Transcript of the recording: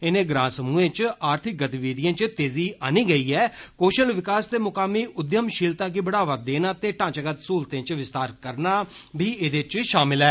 इनें ग्रां समूहें च आर्थिक गतिविधिऐं च तेजी आन्नी गेई ऐ कौशल विकास ते मुकामी उद्यमशीलता गी बढ़ावा देना ते ढ़ांचागत सहुलतें च विस्तार करना ऐ